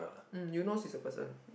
mm Eunos is a person